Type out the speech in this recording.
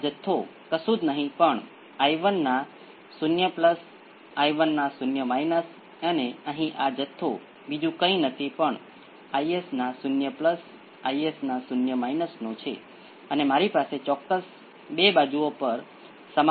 તેથી હવે અહીં ઉકેલ એ એક્સ્પોનેંસિયલ ઇનપુટનો કુલ રિસ્પોન્સ છે બીજા બ્લોકનું ઇનપુટ એક્સ્પોનેંસિયલ p 2 × t છે અને આમાં લાક્ષણિકતા સમીકરણ b 1 p 1 બરાબર 0 છે જેનો ઉકેલ p 1 એ 1 બાય p 1 છે